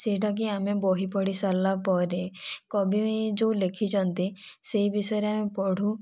ସେଇଟାକି ଆମେ ବହି ପଢ଼ି ସାରିଲା ପରେ କବି ଯେଉଁ ଲେଖିଛନ୍ତି ସେହି ବିଷୟରେ ଆମେ ପଢ଼ୁ